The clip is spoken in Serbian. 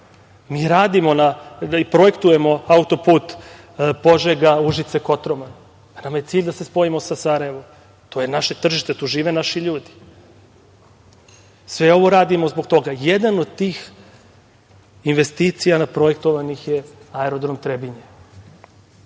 Mi radimo i projektujemo autoput Požega-Užice-Kotroman. Nama je cilj da se spojimo sa Sarajevom. To je naše tržište. Tu žive naši ljudi. Sve ovo radimo zbog toga. Jedna od tih investicija projektovanih je Aerodrom Trebinje.